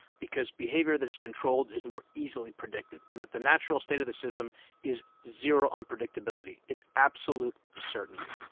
because behavior that is controlled is more easily predicted, and that the natural state of the system is zero unpredictability. it's absolute certainty.